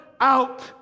out